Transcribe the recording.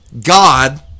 God